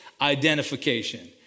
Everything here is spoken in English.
identification